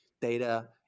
data